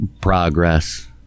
progress